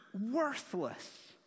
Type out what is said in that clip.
worthless